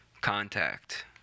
Contact